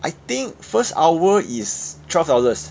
I think first hour is twelve dollars